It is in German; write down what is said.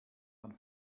man